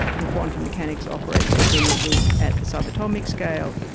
and quantum mechanics operates so brilliantly at the subatomic scale.